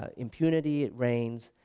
ah impunity reigns,